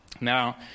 Now